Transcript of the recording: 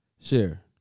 share